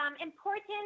important